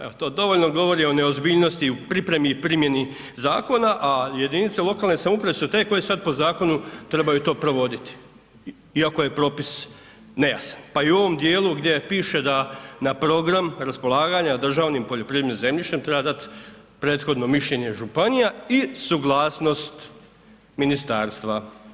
Evo to dovoljno govori o neozbiljnosti u pripremi i primjeni zakona a jedinice lokalne samouprave su te koje sad po zakonu trebaju to provoditi iako je propis nejasan pa i u ovom djelu gdje piše da na program raspolaganja državnim poljoprivrednim zemljištem treba dat prethodno mišljenje županija i suglasnost ministarstva.